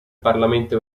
parlamento